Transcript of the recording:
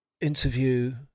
interview